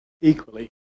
equally